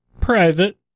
private